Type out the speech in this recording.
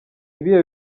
ibihe